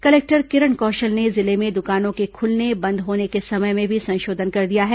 collector Kiran Kaushal ने जिले में दुकानों के खुलने बंद होने के समय में भी संशोधन कर दिया है